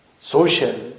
social